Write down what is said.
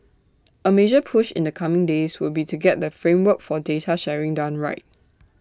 A major push in the coming days would be to get the framework for data sharing done right